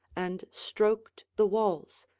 and stroked the walls,